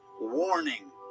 warning